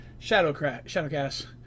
Shadowcast